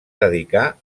dedicar